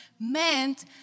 meant